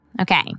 Okay